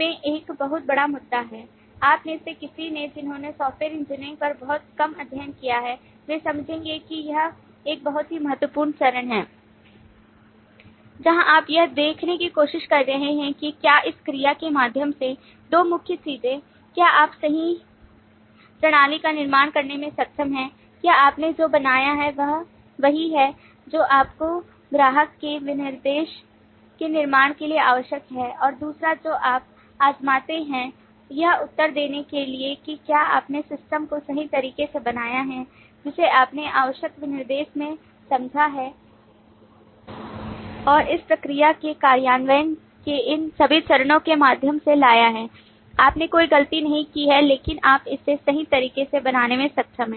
में एक बहुत बड़ा मुद्दा है आप में से किसी ने जिन्होंने सॉफ्टवेयर इंजीनियरिंग पर बहुत कम अध्ययन किया है वे समझेंगे कि यह एक बहुत ही महत्वपूर्ण चरण है जहाँ आप यह देखने की कोशिश कर रहे हैं कि क्या इस प्रक्रिया के माध्यम से 2 मुख्य चीजें क्या आप सही प्रणाली का निर्माण करने में सक्षम हैं क्या आपने जो बनाया है वह वही है जो आपको ग्राहक के विनिर्देशन के निर्माण के लिए आवश्यक है और दूसरा जो आप आजमाते हैं यह उत्तर देने के लिए कि क्या आपने सिस्टम को सही तरीके से बनाया है जिसे आपने आवश्यकता विनिर्देश में समझा है और इस प्रक्रिया के कार्यान्वयन के इन सभी चरणों के माध्यम से लाया है आपने कोई गलती नहीं की है लेकिन आप इसे सही तरीके से बनाने में सक्षम हैं